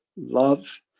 love